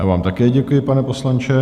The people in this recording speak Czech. Já vám také děkuji, pane poslanče.